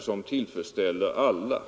som tillfredsställer alla.